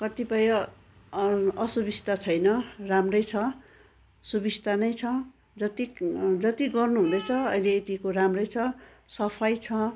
कतिपय असुबिस्ता छैन राम्रै छ सुबिस्ता नै छ जति जति गर्नु हुँदैछ अहिले यतिको राम्रै छ सफाइ छ